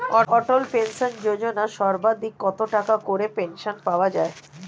অটল pension Yojana সর্বাধিক কত টাকা করে পেনশন পাওয়া যায়?